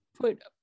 put